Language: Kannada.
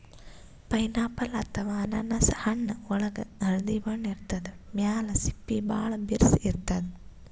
ಪೈನಾಪಲ್ ಅಥವಾ ಅನಾನಸ್ ಹಣ್ಣ್ ಒಳ್ಗ್ ಹಳ್ದಿ ಬಣ್ಣ ಇರ್ತದ್ ಮ್ಯಾಲ್ ಸಿಪ್ಪಿ ಭಾಳ್ ಬಿರ್ಸ್ ಇರ್ತದ್